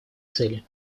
цели